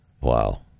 Wow